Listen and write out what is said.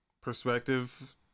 perspective